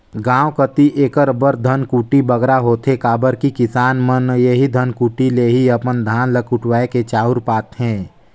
गाँव कती एकर बर धनकुट्टी बगरा होथे काबर कि किसान मन एही धनकुट्टी ले ही अपन धान ल कुटवाए के चाँउर पाथें